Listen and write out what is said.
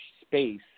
space